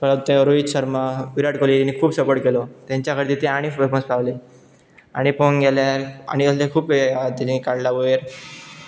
परत तो रोहीत शर्मा विराट कोहली तेनी खूब सपोर्ट केलो तेंच्या खातीर ते आनी फेमस पावलेली आनी पोवंक गेल्यार आनी असलें खूब हे आहा ते काडला वयर